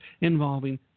involving